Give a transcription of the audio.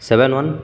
seven one